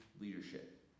leadership